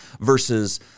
versus